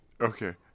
okay